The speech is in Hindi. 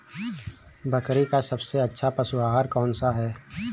बकरी का सबसे अच्छा पशु आहार कौन सा है?